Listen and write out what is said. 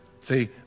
See